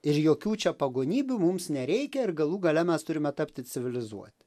ir jokių čia pagonybių mums nereikia ir galų gale mes turime tapti civilizuoti